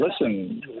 listen